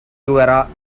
guevara